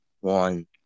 one